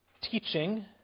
teaching